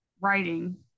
writing